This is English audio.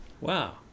wow